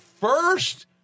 first